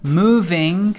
moving